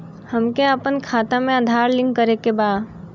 हमके अपना खाता में आधार लिंक करें के बा?